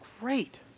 great